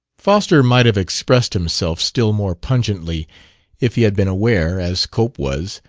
foster might have expressed himself still more pungently if he had been aware, as cope was,